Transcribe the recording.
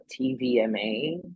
TVMA